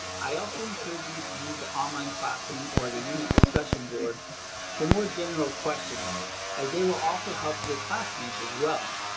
i also encourage you to use the online classroom or the unit discussion board for more general questions as they will also help your classmates as well.